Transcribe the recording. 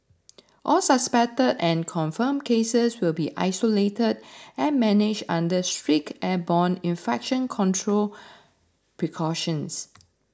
all suspected and confirmed cases will be isolated and managed under strict airborne infection control precautions